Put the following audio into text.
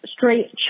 straight